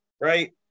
Right